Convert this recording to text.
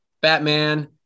Batman